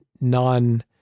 non